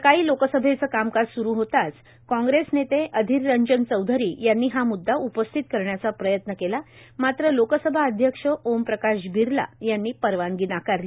सकाळी लोकसभेचे कामकाज सुरू होताच कांग्रेस नेते अधिररंजन चौधरी यांनी हा मुद्दा उपस्थित करण्याचा प्रयत्न केला मात्र लोकसभा अध्यक्ष ओमप्रकाश बिर्ला यांनी परवानगी नाकारली